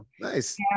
Nice